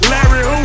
Larry